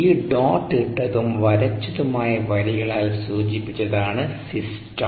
ഈ ഡോട്ട് ഇട്ടതും വരച്ചതുമായ വരികളാൽ സൂചിപ്പിച്ചതാണ് സിസ്റ്റം